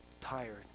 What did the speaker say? tired